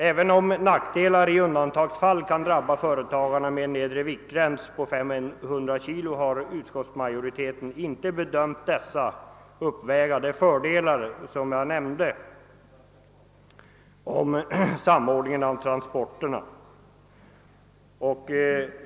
Även om en nedre viktgräns i undantagsfall kan medföra nackdelar för företagarna har utskottet ansett att fördelarna av samsändningar uppväger nackdelarna.